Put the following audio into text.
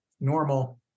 normal